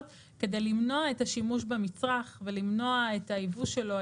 כדי למנוע את השימוש במצרך ולמנוע את ייבוא שלו,